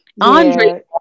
andre